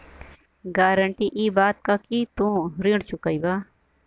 guarantee इ बात क कि तू ऋण चुकइबा